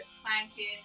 planted